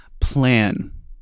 plan